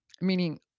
meaning